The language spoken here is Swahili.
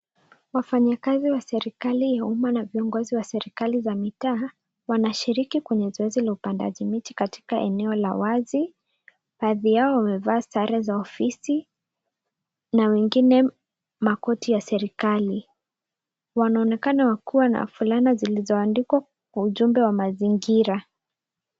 Wafanyakazi wa serikali ya umma na viongozi wa serikali wa mitaa wanashiriki kwenye zoezi la upandaji miti katika eneo la wazi. Baadhi ya wamevaa sare za ofisi na wengine makoti ya serikali. Wanaonekana wakiwa na fulana zilizoandikwa kwa ujumbe wa mazingira.